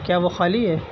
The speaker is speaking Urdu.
کیا وہ خالی ہے